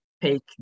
take